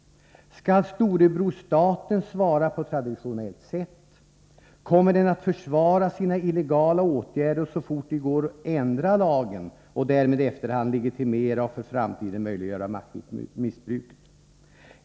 Skall Storebror staten svara på traditionellt sätt? Kommer den att försvara sina illegala åtgärder och så fort det går ändra lagen och därmed i efterhand legitimera och för framtiden möjliggöra maktmissbruket?